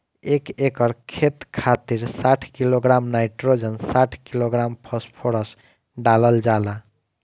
एक एकड़ खेत खातिर साठ किलोग्राम नाइट्रोजन साठ किलोग्राम फास्फोरस डालल जाला?